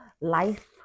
life